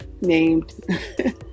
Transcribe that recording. named